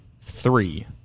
three